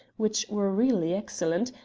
which were really excellent,